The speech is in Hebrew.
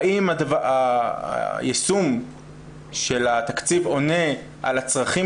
האם היישום של התקציב עונה על הצרכים